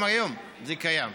גם היום זה קיים.